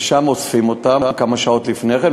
שם אוספים אותם כמה שעות לפני כן,